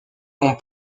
mon